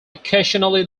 occasionally